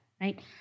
right